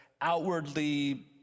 outwardly